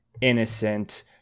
innocent